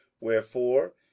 wherefore